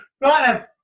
Right